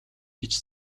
гэж